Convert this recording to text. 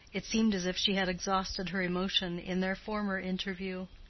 it seemed as if she had exhausted her emotion in their former interview.